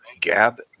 Gab